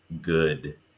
good